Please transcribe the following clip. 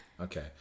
Okay